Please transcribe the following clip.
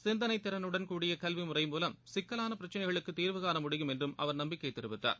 சிந்தனைத் திறனுடன் கூடிய கல்விமுறை மூலம் சிக்கலான பிரச்சனைகளுக்கு தீர்வு காண முடிவும் என்று அவர் நம்பிக்கை தெரிவித்தார்